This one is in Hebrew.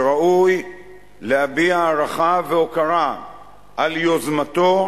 שראוי להביע הערכה והוקרה על יוזמתו,